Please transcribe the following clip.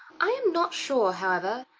i am not sure, however,